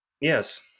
Yes